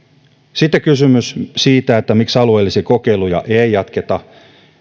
sitten kysymys siitä että miksi alueellisia kokeiluja ei ei jatketa